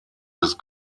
des